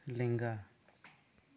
ᱞᱮᱝᱜᱟ